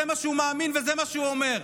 זה מה שהוא מאמין וזה מה שהוא אומר,